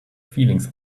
feelings